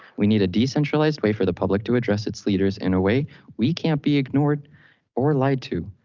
we need a decentralized way for the public to address its leaders in a way we can't be ignored or lied to.